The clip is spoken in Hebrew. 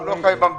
הוא לא חי במדינה.